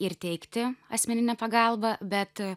ir teikti asmeninę pagalbą bet